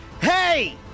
Hey